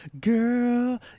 girl